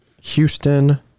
Houston